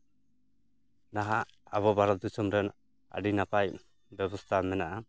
ᱱᱟᱦᱟᱜ ᱟᱵᱚ ᱵᱷᱟᱨᱚᱛ ᱫᱤᱥᱚᱢ ᱨᱮ ᱟᱹᱰᱤ ᱱᱟᱯᱟᱭ ᱵᱮᱵᱚᱥᱛᱟ ᱢᱮᱱᱟᱜᱼᱟ